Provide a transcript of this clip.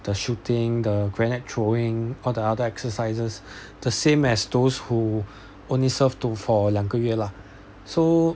the shooting the grenade throwing or the other exercises the same as those who only serve to for 两个月 lah so